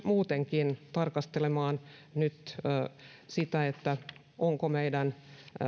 muutenkin tarkastelemaan nyt sitä ovatko meidän